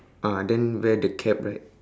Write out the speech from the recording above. uh then wear the cap right